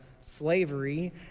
slavery